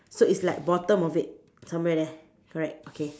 so it's like bottom of it somewhere there correct okay